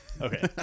okay